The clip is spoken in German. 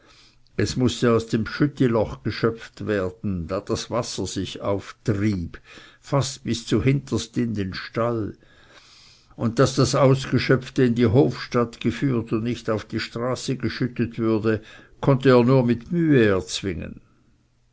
es mußte aus dem bschüttiloch geschöpft werden da das wasser sich auftrieb fast bis zuhinterst in den stall und daß das ausgeschöpfte in die hofstatt geführt und nicht auf die straße geschüttet würde konnte er nur mit mühe erzwingen